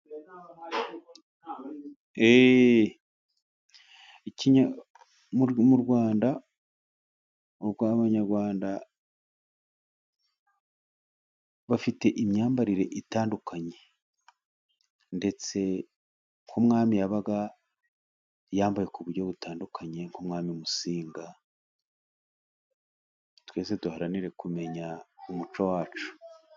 Mu rwanda abanyarwanda bafite imyambarire itandukanye, ndetse ko umwami yabaga yambaye ku buryo butandukanye, nk'umwami Musinga, twese duharanire kumenya umuco wacu.